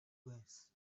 vase